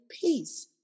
peace